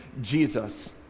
Jesus